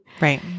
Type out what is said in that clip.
Right